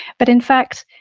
but in fact,